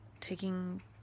taking